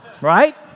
Right